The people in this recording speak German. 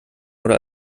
oder